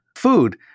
Food